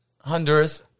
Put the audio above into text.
Honduras